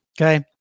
Okay